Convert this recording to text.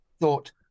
thought